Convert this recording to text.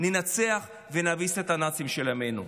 ננצח ונביס את הנאצים של ימינו.